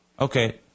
Okay